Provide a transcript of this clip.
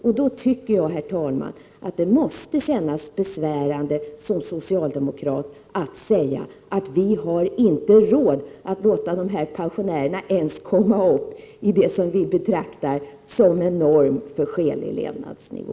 Därför tycker jag, herr talman, att det måste kännas besvärande för en socialdemokrat att säga att vi inte har råd att låta dessa pensionärer komma upp i ens det som betraktas som en norm för skälig levnadsnivå.